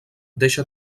deixa